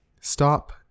stop